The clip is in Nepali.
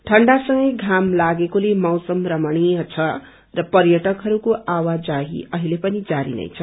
ठण्डा संगै घम लागेकोले मौसम रमणिय छ र प्रअकहस्को आवाजाही अहिले पनि जारी नै छ